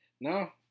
no